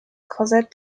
korsett